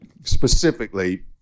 specifically